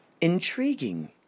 intriguing